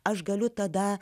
aš galiu tada